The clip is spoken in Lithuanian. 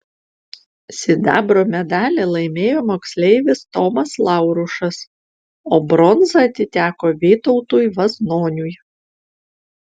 sidabro medalį laimėjo moksleivis tomas laurušas o bronza atiteko vytautui vaznoniui